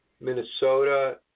Minnesota